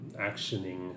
actioning